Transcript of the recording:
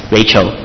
Rachel